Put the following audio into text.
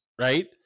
Right